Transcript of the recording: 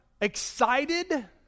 excited